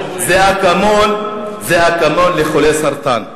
זה אקמול לחולי סרטן.